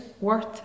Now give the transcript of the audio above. worth